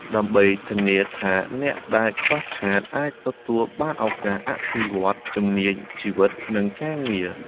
ដើម្បីធានាថាអ្នកដែលខ្វះខាតអាចទទួលបានឱកាសអភិវឌ្ឍជំនាញជីវិត និងការងារ។